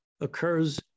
occurs